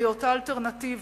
את היותה אלטרנטיבה